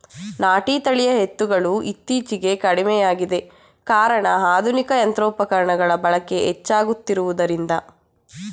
ನಾಟಿ ತಳಿಯ ಎತ್ತುಗಳು ಇತ್ತೀಚೆಗೆ ಕಡಿಮೆಯಾಗಿದೆ ಕಾರಣ ಆಧುನಿಕ ಯಂತ್ರೋಪಕರಣಗಳ ಬಳಕೆ ಹೆಚ್ಚಾಗುತ್ತಿರುವುದರಿಂದ